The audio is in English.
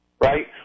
right